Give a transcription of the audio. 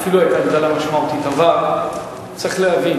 ואחרון הדוברים הוא חבר הכנסת נסים